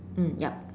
mm yup